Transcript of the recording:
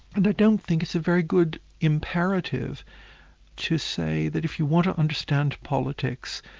and i don't think it's a very good imperative to say that if you want to understand politics,